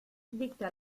dicta